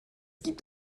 gibt